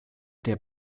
der